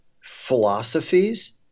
philosophies